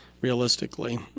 realistically